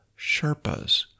Sherpas